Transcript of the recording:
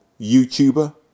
YouTuber